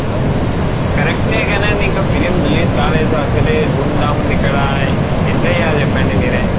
కరెక్టే కానీ అండి అసలు ఫిల్మ్ రిలీస్ కాలేదు అసలు ధూమ్ ధామ్ ఉంది ఇక్కడ ఎట్లా చేయాలి చెప్పండి మీరే